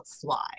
fly